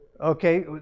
Okay